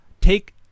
take